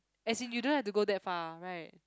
as in you don't have to go that far right